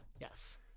Yes